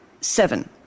seven